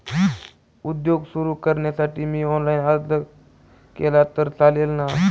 उद्योग सुरु करण्यासाठी मी ऑनलाईन अर्ज केला तर चालेल ना?